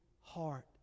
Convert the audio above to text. heart